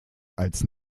als